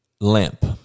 limp